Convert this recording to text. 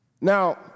Now